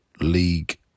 league